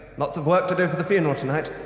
lots of work to do for the funeral tonight.